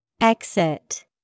Exit